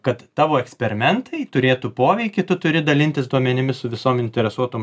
kad tavo eksperimentai turėtų poveikį tu turi dalintis duomenimis su visom interesuotom